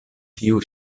tiu